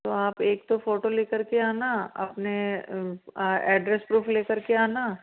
तो आप एक तो फोटो लेकर के आना अपने एड्रैस प्रूफ़ लेकर के आना